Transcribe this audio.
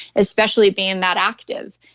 especially being that active.